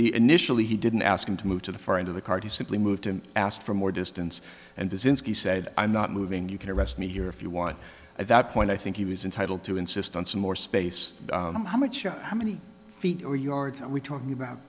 the initially he didn't ask him to move to the far end of the card he simply moved to ask for more distance and to since he said i'm not moving you can arrest me here if you want at that point i think he was entitle to insist on some more space how much how many feet or yards are we talking about